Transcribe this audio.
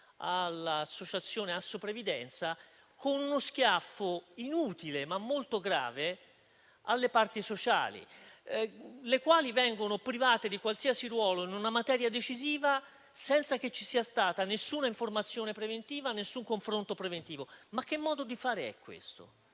all'associazione Assoprevidenza, con uno schiaffo inutile ma molto grave alle parti sociali, le quali vengono private di qualsiasi ruolo in una materia decisiva senza che ci sia stata nessuna informazione preventiva e nessun confronto preventivo. Ma che modo di fare è questo?